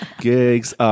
gigs